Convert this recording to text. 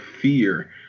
fear